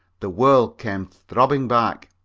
the world came throbbing back.